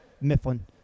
Mifflin